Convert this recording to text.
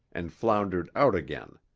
and floundered out again.